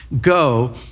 go